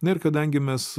na ir kadangi mes